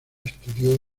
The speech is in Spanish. estudió